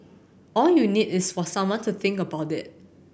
all you need is for someone to think about it